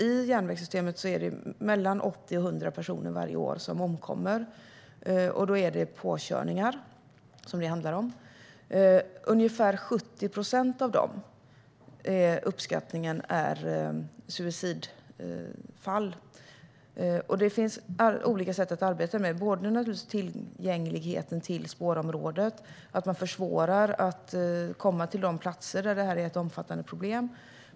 I järnvägssystemet är det varje år 80-100 personer som omkommer. Det handlar då om påkörningar. Uppskattningen är att ungefär 70 procent av dem är suicidfall. Det finns olika sätt att arbeta med det. Det handlar om tillgängligheten till spårområdet och att man försvårar för människor att komma till de platser där det är ett omfattande problem.